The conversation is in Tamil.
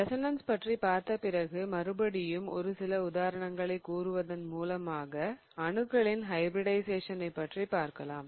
ரெசோனன்ஸ் பற்றி பார்த்த பிறகு மறுபடியும் ஒரு சில உதாரணங்களை கூறுவதன் மூலமாக அணுக்களின் ஹைபிரிடிஷயேசனை பற்றி பார்க்கலாம்